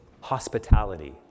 hospitality